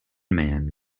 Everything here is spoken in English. man